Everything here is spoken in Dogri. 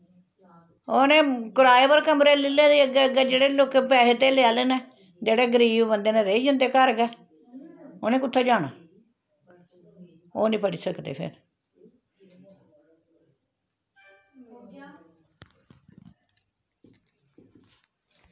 उ'नें कराए पर कमरे लेई लेदे अग्गें अग्गें जेह्ड़े लोकें पैहे धेल्ले आह्ले न जेह्ड़े गरीब बंदे न रेही जंदे घर गै उ'नें कुत्थें जाना ओह् नी पढ़ी सकदे फिर